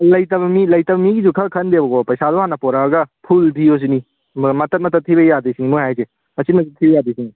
ꯂꯩꯇꯕ ꯃꯤꯒꯤꯁꯨ ꯈꯔ ꯈꯟꯗꯦꯕꯀꯣ ꯄꯩꯁꯥꯗꯣ ꯍꯥꯟꯅ ꯄꯣꯔꯛꯑꯒ ꯐꯨꯜ ꯊꯤꯌꯨ ꯁꯤꯅꯤ ꯃꯇꯠ ꯃꯇꯠ ꯊꯤꯕ ꯌꯥꯗꯦ ꯁꯤꯅꯤ ꯃꯣꯏꯅ ꯍꯥꯏꯁꯦ ꯃꯆꯤꯠ ꯃꯆꯤꯠ ꯊꯤ ꯌꯥꯗꯦ ꯁꯤꯅꯤ